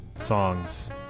songs